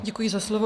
Děkuji za slovo.